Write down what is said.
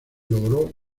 logró